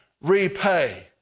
repay